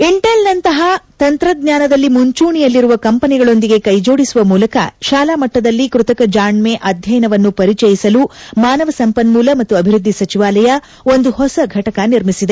ಇಂಟೆಲ್ನಂತಪ ತಂತ್ರಜ್ಞಾನದಲ್ಲಿ ಮುಂಚೂಣೆಯಲ್ಲಿರುವ ಕಂಪನಿಗಳೊಂದಿಗೆ ಕೈಜೋಡಿಸುವ ಮೂಲಕ ತಾಲಾ ಮಟ್ಟದಲ್ಲಿ ಕೃತಕ ಜಾಣ್ಮ ಅಧ್ಯಯನವನ್ನು ಪರಿಚಯಿಸಲು ಮಾನವ ಸಂಪನ್ನೂಲ ಮತ್ತು ಅಭಿವೃದ್ಧಿ ಸಚಿವಾಲಯ ಒಂದು ಹೊಸ ಘಟಕ ನಿರ್ಮಿಸಿದೆ